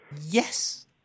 Yes